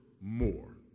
more